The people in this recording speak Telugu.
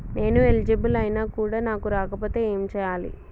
నేను ఎలిజిబుల్ ఐనా కూడా నాకు రాకపోతే ఏం చేయాలి?